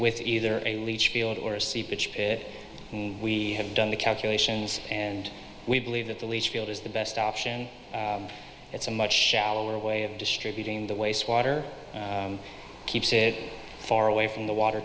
with either a leach field or a seepage pit and we have done the calculations and we believe that the leach field is the best option it's a much shallower way of distributing the waste water keeps it far away from the water